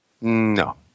No